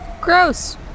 Gross